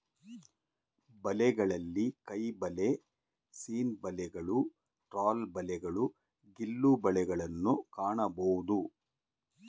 ಬಲೆಗಳಲ್ಲಿ ಕೈಬಲೆ, ಸೀನ್ ಬಲೆಗಳು, ಟ್ರಾಲ್ ಬಲೆಗಳು, ಗಿಲ್ಲು ಬಲೆಗಳನ್ನು ಕಾಣಬೋದು